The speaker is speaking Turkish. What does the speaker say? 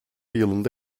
yılında